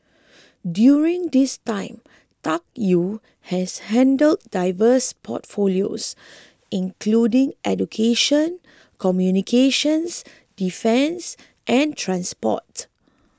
during this time Tuck Yew has handled diverse portfolios including education communications defence and transport